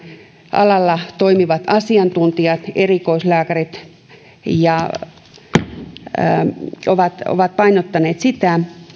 alalla toimivat asiantuntijat erikoislääkärit ovat ovat painottaneet sitä